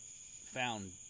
found